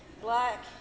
Black